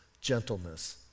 gentleness